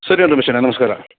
ಸರಿ ರಮೇಶಣ್ಣ ನಮಸ್ಕಾರ